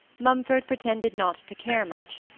mumford pretended not to care much,